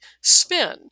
spin